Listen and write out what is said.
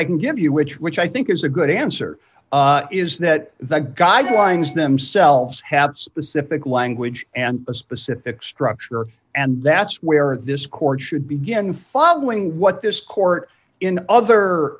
i can give you which which i think is a good answer is that the guidelines themselves have pacific language and a specific structure and that's where this court should begin following what this court in other